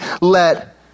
let